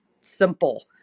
simple